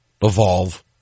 Evolve